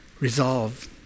Resolve